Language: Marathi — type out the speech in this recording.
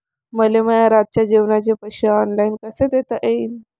मले माया रातचे जेवाचे पैसे ऑनलाईन कसे देता येईन?